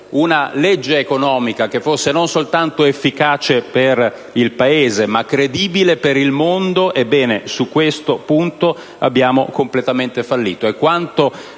una manovra economica che fosse non soltanto efficace per il Paese, ma credibile per il mondo, ebbene, da questo punto di vista abbiamo completamente fallito,